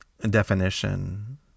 definition